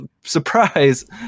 surprise